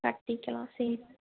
கட்டிக்கலாம் சரிங்க